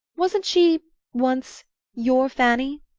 wasn't she once your fanny?